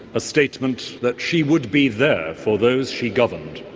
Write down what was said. a statement that she would be there for those she governed,